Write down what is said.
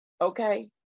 Okay